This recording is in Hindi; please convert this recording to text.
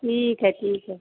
ठीक है ठीक है